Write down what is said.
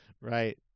Right